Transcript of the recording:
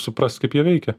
suprast kaip jie veikia